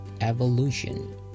evolution